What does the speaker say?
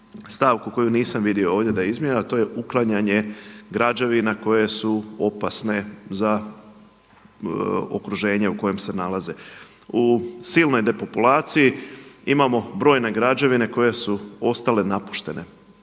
stavku koju nisam vidio ovdje da je izmijenjena a to je uklanjanje građevina koje su opasne za okruženje u kojem se nalaze. U silnoj depopulaciji imamo brojne građevine koje su ostale napuštene.